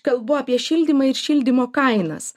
kalbu apie šildymą ir šildymo kainas